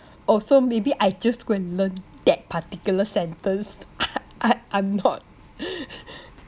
oh so maybe I just go and learn that particular sentence I I'm not